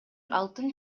алтын